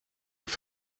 have